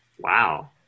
Wow